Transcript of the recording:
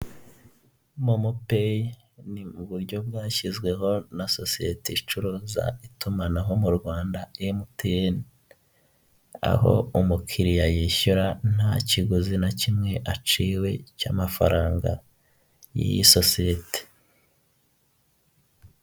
Umuhanda urimo imodoka zitari nyinshi iy'umutuku inyuma, imbere hari izindi n'amamoto hepfo tukabona urukamyo runini cyane bisa nk'aho ari rwarundi ruterura izindi, mu muhanda tukabonamo icyapa kiriho umweru tukabonamo amapoto rwose y'amatara amurikira umuhanda.